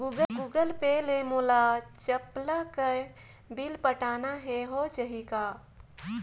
Google Pay ले मोल चपला के बिल पटाना हे, हो जाही का?